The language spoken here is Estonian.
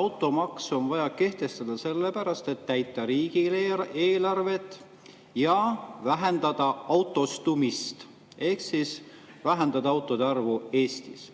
automaksu on vaja kehtestada sellepärast, et täita riigieelarvet ja vähendada autostumist ehk siis vähendada autode arvu Eestis.